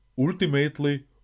ultimately